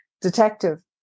detective